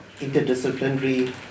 interdisciplinary